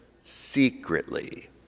secretly